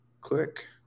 click